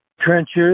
trenches